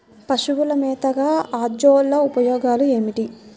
పశువుల మేతగా అజొల్ల ఉపయోగాలు ఏమిటి?